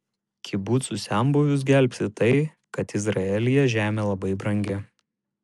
kibucų senbuvius gelbsti tai kad izraelyje žemė labai brangi